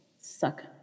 suck